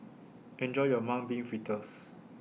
Enjoy your Mung Bean Fritters